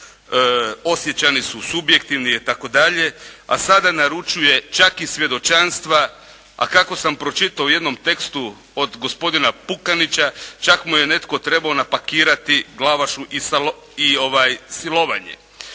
«Osječani su subjektivni» i tako dalje. A sada naručuje čak i svjedočanstva, a kako sam pročitao u jednom tekstu od gospodina Pukanića čak mu je netko trebao napakirati Glavašu i silovanje.